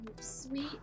sweet